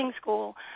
school